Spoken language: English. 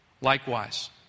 Likewise